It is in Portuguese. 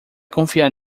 confiar